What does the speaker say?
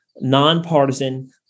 non-partisan